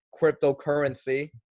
cryptocurrency